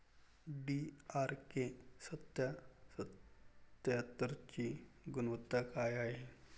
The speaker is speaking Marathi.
डी.आर.के सत्यात्तरची गुनवत्ता काय हाय?